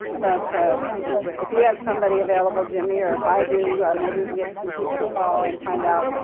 but if if you have somebody available jimmy, or if i do, maybe we can get some people to call and find out,